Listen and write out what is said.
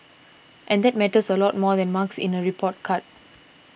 and that matters a lot more than marks in a report card